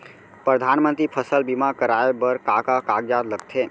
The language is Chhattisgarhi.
परधानमंतरी फसल बीमा कराये बर का का कागजात लगथे?